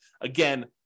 Again